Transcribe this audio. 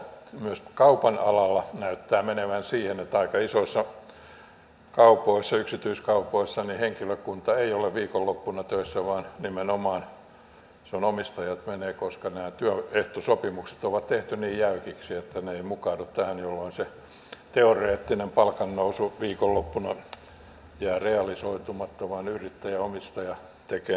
myös kaupan alalla näyttää menevän siihen että aika isoissa yksityiskaupoissa henkilökunta ei ole viikonloppuna töissä vaan nimenomaan omistajat menevät koska nämä työehtosopimukset on tehty niin jäykiksi että ne eivät mukaudu tähän jolloin se teoreettinen palkannousu viikonloppuna jää realisoitumatta ja yrittäjäomistaja tekee ne työtunnit